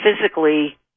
physically